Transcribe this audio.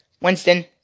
Winston